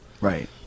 Right